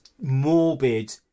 morbid